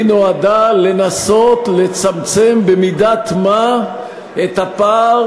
היא נועדה לנסות לצמצם במידת מה את הפער